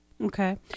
okay